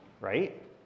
Right